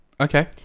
okay